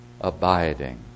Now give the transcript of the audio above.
abiding